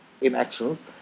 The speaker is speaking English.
inactions